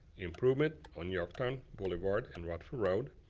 improvement on yorktown boulevard and rotfield road,